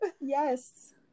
yes